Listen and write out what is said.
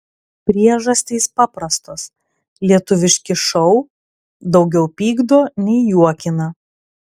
priežastys paprastos lietuviški šou daugiau pykdo nei juokina